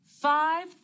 Five